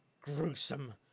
gruesome